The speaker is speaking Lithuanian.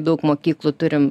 daug mokyklų turim